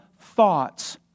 thoughts